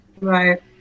Right